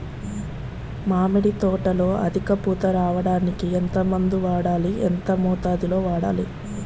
మామిడి తోటలో అధిక పూత రావడానికి ఎంత మందు వాడాలి? ఎంత మోతాదు లో వాడాలి?